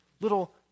Little